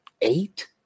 eight